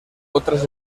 otras